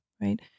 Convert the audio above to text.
right